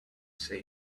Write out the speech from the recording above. say